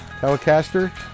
Telecaster